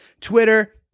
Twitter